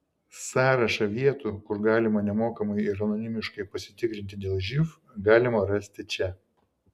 sąrašą vietų kur galima nemokamai ir anonimiškai pasitikrinti dėl živ galima rasti čia